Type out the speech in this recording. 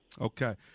Okay